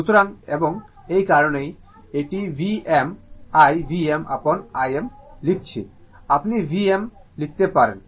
সুতরাং এবং এই কারণেই এটি Vm I Vm upon Im লিখছে আপনি V upon I লিখতে পারেন